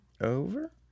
over